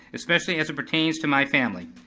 especially as it pertains to my family,